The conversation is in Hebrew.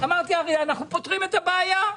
אמרתי שהרי אנחנו פותרים את הבעיה,